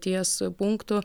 ties punktu